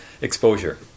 exposure